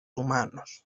humanos